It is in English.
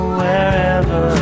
wherever